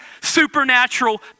supernatural